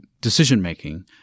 decision-making